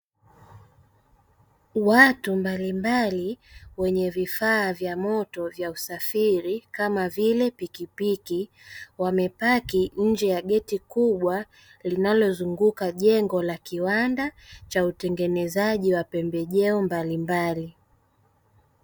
Watu mbalimbali wenye vifaa vya moto vya usafiri kama vile pikipiki wamepaki nje ya geti kubwa linalozunguka jengo la kiwanda cha utengenezaji wa pembejeo mbalimbali